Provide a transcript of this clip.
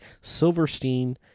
Silverstein